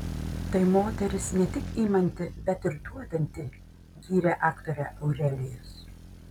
tai moteris ne tik imanti bet ir duodanti gyrė aktorę aurelijus